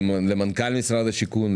למנכ"ל משרד השיכון,